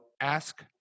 ask